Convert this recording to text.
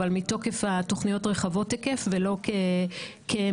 אבל מתוקף תוכניות רחבות היקף ולא כמטרה.